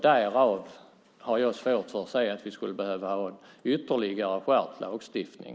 Därför har jag svårt att se att vi skulle behöva ha en ytterligare skärpt lagstiftning.